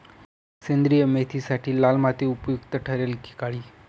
सेंद्रिय मेथीसाठी लाल माती उपयुक्त ठरेल कि काळी?